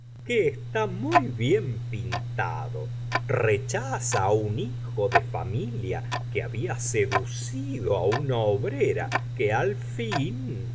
que está muy bien pintado rechaza á un hijo d familia que habla seducido á una obrera que al fin